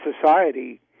society